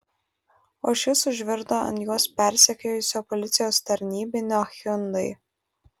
o šis užvirto ant juos persekiojusio policijos tarnybinio hyundai